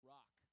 Rock